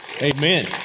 Amen